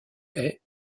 est